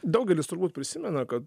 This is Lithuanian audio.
daugelis turbūt prisimena kad